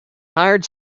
hired